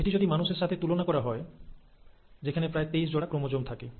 এটি যদি মানুষের সাথে তুলনা করা হয় যেখানে প্রায় 23 জোড়া ক্রোমোজোম থাকে